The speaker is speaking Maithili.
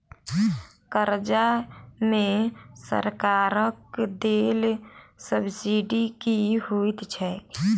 कर्जा मे सरकारक देल सब्सिडी की होइत छैक?